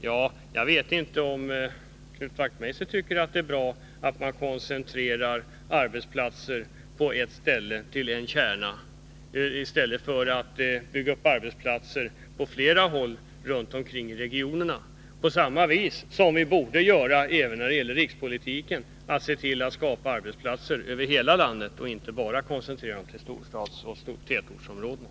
Jag vet inte om Knut Wachtmeister tycker att det är bra att man koncentrerar arbetsplatser på ett ställe, till en kärna, i stället för att bygga upp arbetsplatser på flera håll runt omkring i regionerna — på samma vis som vi borde göra även i rikspolitiken, nämligen se till att skapa arbetsplatser över hela landet och inte bara koncentrera dem till storstadsoch tätortsområdena.